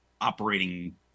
operating